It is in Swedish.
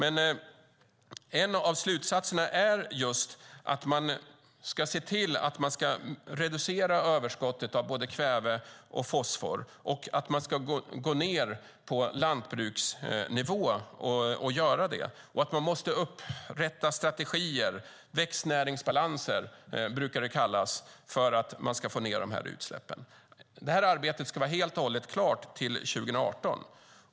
En av slutsatserna är just att man ska se till att reducera överskottet av både kväve och fosfor och gå ned och göra det på lantbruksnivå. Man måste upprätta strategier - det brukar kallas växtnäringsbalanser - för att man ska få ned utsläppen. Det arbetet ska vara helt och hållet klart till 2018.